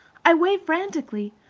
i waved frantically,